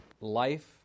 life